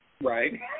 Right